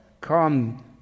come